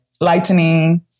lightning